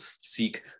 seek